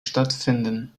stattfinden